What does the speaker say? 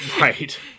Right